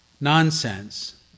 nonsense